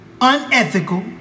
unethical